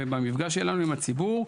ובמפגש שלנו עם הציבור,